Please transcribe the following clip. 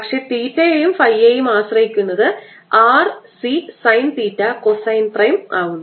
പക്ഷേ തീറ്റയെയും ഫൈയെയും ആശ്രയിക്കുന്നത് r C sine theta cosine prime ആകുന്നു